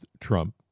Trump